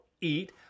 eat